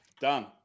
Done